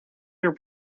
your